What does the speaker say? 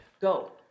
Go